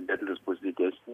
derlius bus didesnis